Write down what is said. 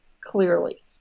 clearly